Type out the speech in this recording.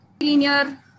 linear